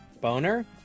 boner